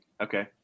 Okay